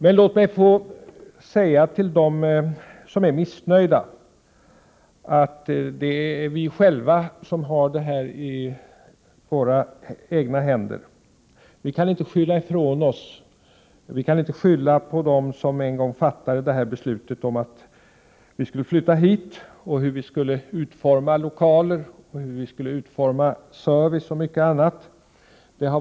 Men låt mig få säga till dem som är missnöjda att det är vi själva som har det häri våra händer. Vi kan inte skylla på dem som en gång fattade beslutet att vi skulle flytta hit och som fattade beslut om hur vi skulle utforma lokaler, service och mycket annat.